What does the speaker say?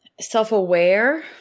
self-aware